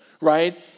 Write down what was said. right